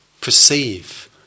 perceive